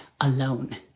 alone